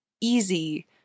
easy